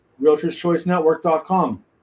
RealtorsChoiceNetwork.com